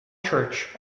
church